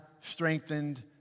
strengthened